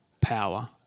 Power